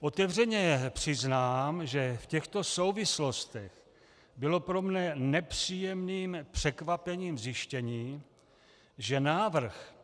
Otevřeně přiznám, že v těchto souvislostech bylo pro mne nepříjemným překvapením zjištění, že návrh,